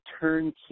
turnkey